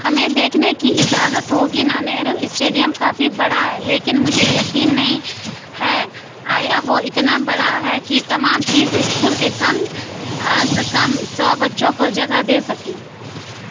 ہمیں دیکھنے کی اجازت ہوگی نہ نہرو اسٹیڈیم کافی بڑا ہے لیکن مجھے یقین نہیں ہے آیا وہ اتنا بڑا ہے کہ تمام تیس اسکول کے کم از کم سو بچوں کو جگہ دے سکیں